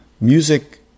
Music